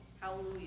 Hallelujah